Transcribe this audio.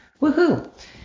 Woohoo